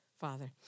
father